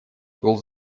был